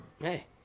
hey